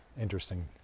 interesting